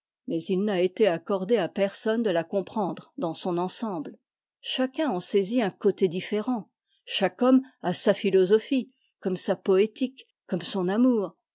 mais il n'a été accordé à personne de la comprendre dans son ensemble chacun en saisit un côté différent chaque homme a sa philosophie comme sa poétique comme son amour